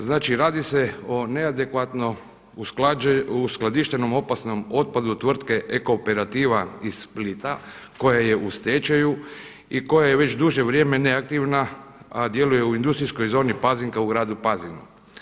Znači radi se o neadekvatno uskladištenom opasnom otpadu tvrtke Eko operativa iz Splita koja je u stečaju i koja je već duže vrijeme neaktivna, a djeluje u industrijskoj zoni Pazin kao u gradu Pazinu.